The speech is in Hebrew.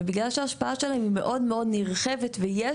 ובגלל שההשפעה שלהם היא מאוד מאוד נרחבת ויש